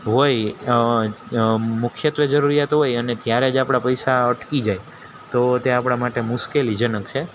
હોય મુખ્યત્વે જરૂરિયાત હોય અને ત્યારે જ આપણા પૈસા અટકી જાય તો તે આપણા માટે મુશ્કેલી જનક છે